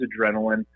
adrenaline